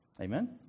Amen